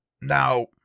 Now